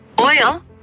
oil